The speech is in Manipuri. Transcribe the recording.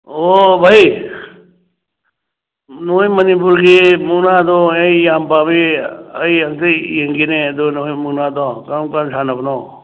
ꯑꯣ ꯚꯥꯏ ꯅꯣꯏ ꯃꯅꯤꯄꯨꯔꯒꯤ ꯃꯨꯛꯅꯥꯗꯣ ꯑꯩ ꯌꯥꯝ ꯄꯥꯝꯃꯤ ꯑꯩ ꯑꯝꯇ ꯌꯦꯡꯒꯦꯅꯦ ꯑꯗꯨ ꯅꯈꯣꯏ ꯃꯨꯛꯅꯥꯗꯣ ꯀꯔꯝꯀꯥꯟ ꯁꯥꯟꯅꯕꯅꯣ